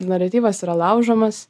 naratyvas yra laužomas